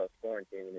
quarantine